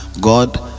God